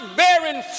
bearing